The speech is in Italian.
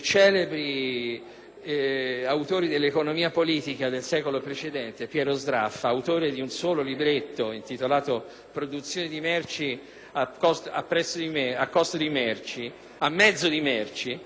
autori dell'economia politica del secolo precedente, Piero Sraffa, autore di un solo libretto di 60 pagine, intitolato: «Produzione di merci a mezzo di merci»,